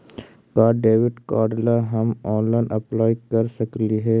का debit card ला हम ऑनलाइन अप्लाई कर सकली हे?